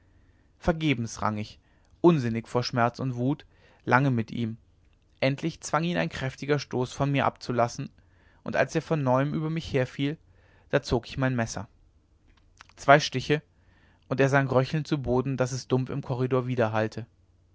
vergebens rang ich unsinnig vor schmerz und wut lange mit ihm endlich zwang ihn ein kräftiger stoß von mir abzulassen und als er von neuem über mich herfiel da zog ich mein messer zwei stiche und er sank röchelnd zu boden daß es dumpf im korridor